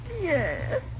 Yes